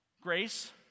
Grace